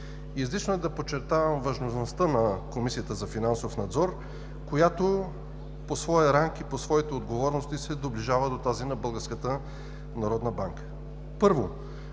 Излишно е да подчертавам важността на Комисията за финансов надзор, която по своя ранг и своите отговорности се доближава до тази на Българската